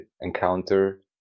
encounter